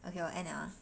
okay 我 end liao uh